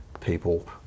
people